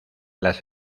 las